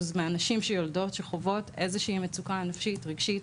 מהנשים שיולדות שחוות איזושהי מצוקה נפשית רגשית